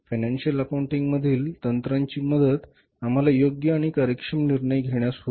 financial accounting मधील तंत्रांची मदत आम्हाला योग्य आणि कार्यक्षम निर्णय घेण्यास होते